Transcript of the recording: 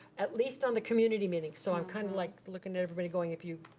at least on the community meetings. so, i'm kind of like, looking at everybody, going, if you,